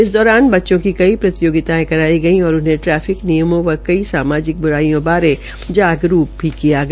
इस दौरान बच्चों की कई प्रतियोगितयायें कराई गई और उन्हें ट्रैफिक नियमों व कई सामाजिक ब्राईयों बारे जागरूक भी किया गया